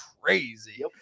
crazy